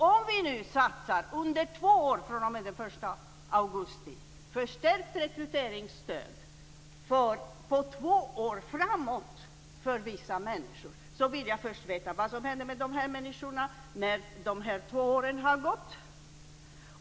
Om vi nu under två år, från och med den 1 augusti, satsar på vissa grupper genom förstärkt rekryteringsstöd för två år framåt, då vill jag veta vad som händer med de människorna när de två åren har gått.